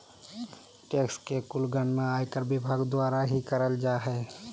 tax के कुल गणना आयकर विभाग द्वारा ही करल जा हय